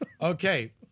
Okay